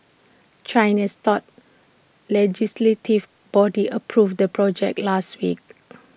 China's top legislative body approved the project last week